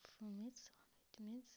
full meals veg meals